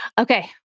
Okay